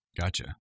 Gotcha